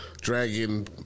dragon